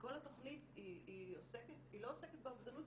כל התוכנית לא עוסקת באובדנות,